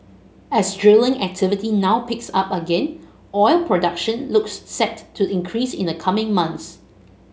as drilling activity now picks up again oil production looks set to increase in the coming months